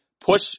push